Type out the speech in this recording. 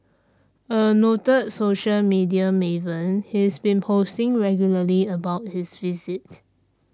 a noted social media Maven he's been posting regularly about his visit